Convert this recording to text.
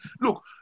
Look